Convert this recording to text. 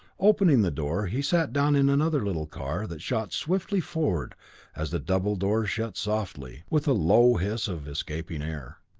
opening the door he sat down in another little car that shot swiftly forward as the double door shut softly, with a low hiss of escaping air.